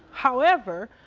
however,